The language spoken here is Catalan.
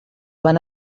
van